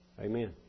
Amen